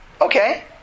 okay